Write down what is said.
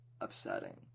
upsetting